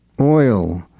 Oil